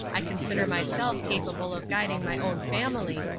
i consider myself capable of guiding my own family,